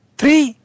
three